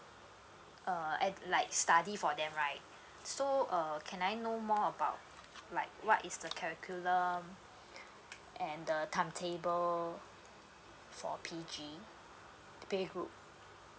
uh and like study for them right so uh can I know more about like what is the curriculum and the timetable for P_G the playgroup